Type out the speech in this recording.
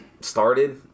started